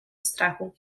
strachu